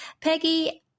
Peggy